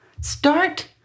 Start